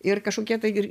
ir kažkokie tai ir